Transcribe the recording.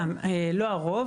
לא הרוב,